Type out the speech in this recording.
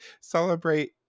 celebrate